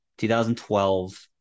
2012